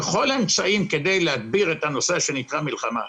משתמשים בכל האמצעים כדי לצאת מהמצב שנקרא מלחמה.